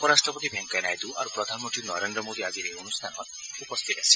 উপ ৰাষ্ট্ৰপতি ভেংকায়া নাইডু আৰু প্ৰধানমন্তী নৰেন্দ্ৰ মোদী আজিৰ এই অনুষ্ঠানত উপস্থিত আছিল